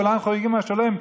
כולם חוגגים על השלום.